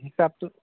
হিচাপটো